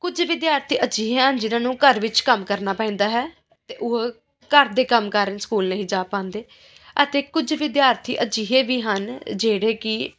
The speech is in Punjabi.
ਕੁਝ ਵਿਦਿਆਰਥੀ ਅਜਿਹੇ ਹਨ ਜਿਹਨਾਂ ਨੂੰ ਘਰ ਵਿੱਚ ਕੰਮ ਕਰਨਾ ਪੈਂਦਾ ਹੈ ਅਤੇ ਉਹ ਘਰ ਦੇ ਕੰਮ ਕਾਰਣ ਸਕੂਲ ਨਹੀਂ ਜਾ ਪਾਉਂਦੇ ਅਤੇ ਕੁਝ ਵਿਦਿਆਰਥੀ ਅਜਿਹੇ ਵੀ ਹਨ ਜਿਹੜੇ ਕਿ